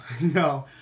no